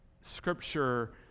Scripture